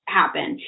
happen